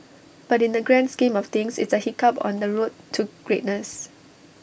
but in the grand scheme of things it's A hiccup on the road to greatness